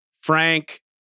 Frank